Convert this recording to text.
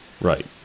Right